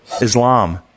Islam